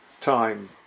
time